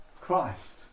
Christ